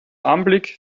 anblick